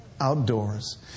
Outdoors